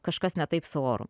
kažkas ne taip su oru